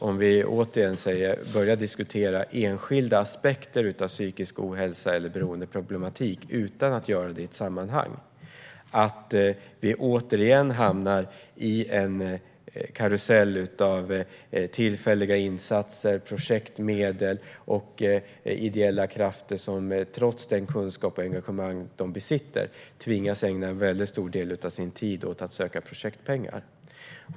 Om vi återigen börjar diskutera enskilda aspekter av psykisk ohälsa eller beroendeproblematik utan att göra det i ett sammanhang är risken stor att vi på nytt hamnar i en karusell av tillfälliga insatser, projektmedel och ideella krafter, som trots den kunskap och det engagemang man besitter tvingas ägna en stor del av tiden åt att söka projektpengar.